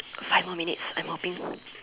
five more minutes I'm hoping